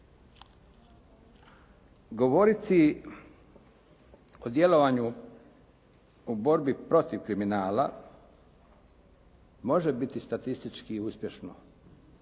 Govoriti o djelovanju u borbi protiv kriminala može biti statistički uspješno,